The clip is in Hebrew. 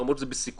למרות שזה בסיכום,